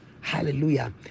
Hallelujah